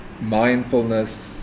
mindfulness